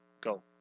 go